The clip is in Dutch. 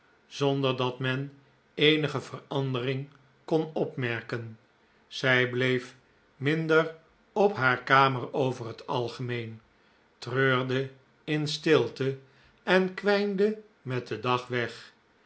zonder dat men eenige verandering kon opmerken zij bleef minder op haar kamer over het algemeen treurde in stilte en kwijnde met den dag weg